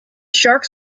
sharks